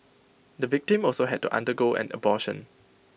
the victim also had to undergo an abortion